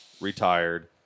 retired